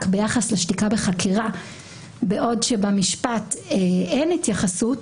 ביחס לשתיקה בחקירה בעוד שבמשפט אין התייחסות